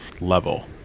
level